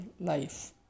life